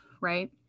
right